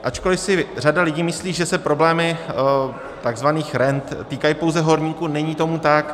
Ačkoli si řada lidí myslí, že se problémy tzv. rent týkají pouze horníků, není tomu tak.